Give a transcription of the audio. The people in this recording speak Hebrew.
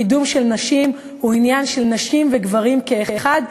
קידום נשים הוא עניין של נשים וגברים כאחד,